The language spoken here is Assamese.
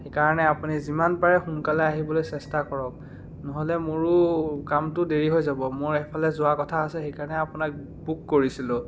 সেইকাৰণে আপুনি যিমান পাৰে সোনকালে আহিবলৈ চেষ্টা কৰক নহ'লে মোৰো কামটো দেৰি হৈ যাব মোৰ এফালে যোৱাৰ কথা আছে সেইকাৰণে আপোনাক বুক কৰিছিলোঁ